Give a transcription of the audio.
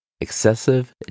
Excessive